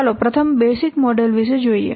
ચાલો પ્રથમ basic model વિશે જોઈએ